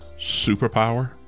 superpower